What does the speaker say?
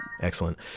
Excellent